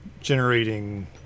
generating